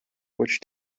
which